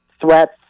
threats